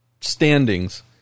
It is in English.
standings